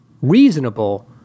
reasonable